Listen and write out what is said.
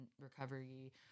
recovery